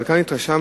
אבל כאן התרשמתי,